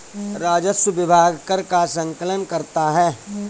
राजस्व विभाग कर का संकलन करता है